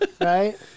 right